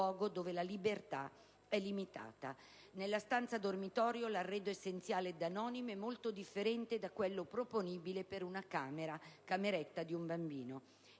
Grazie